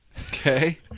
Okay